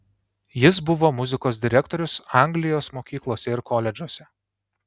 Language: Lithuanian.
jis buvo muzikos direktorius anglijos mokyklose ir koledžuose